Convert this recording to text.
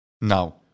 Now